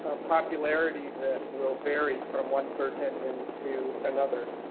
a popularity that will vary from one search engine to another,